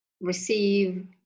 receive